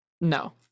No